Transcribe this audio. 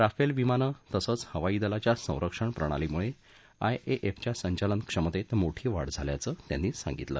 Rafale विमानं तसंच हवाई दलाच्या संरक्षण प्रणालीमुळे आयएफच्या संचालन क्षमतेत मोठी वाढ झाल्याचं त्यांनी सांगितलं